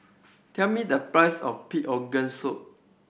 tell me the price of pig organ soup